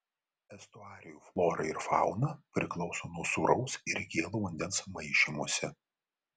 estuarijų flora ir fauna priklauso nuo sūraus ir gėlo vandens maišymosi